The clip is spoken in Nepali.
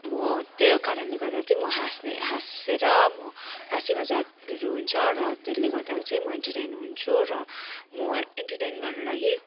म त्यो कारणले गर्दा चाहिँ म हाँस्ने हाँसेर म हाँसी मजाकहरू हुन्छ र त्यले गर्दा चाहिँ म इन्टरटेन हुन्छु र म इन्टरटेन गर्नु लागि